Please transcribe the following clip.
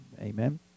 Amen